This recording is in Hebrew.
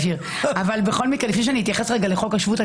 לפני שאני אתייחס לחוק השבות,